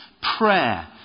Prayer